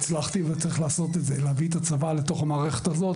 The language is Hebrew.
צריך לעשות את זה להביא את הצבא לתוך המערכת הזו,